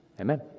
Amen